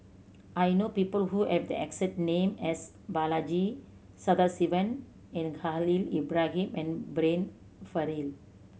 I know people who have the exact name as Balaji Sadasivan and Khalil Ibrahim and Brian Farrell